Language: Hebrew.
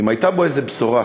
אם הייתה בו איזו בשורה.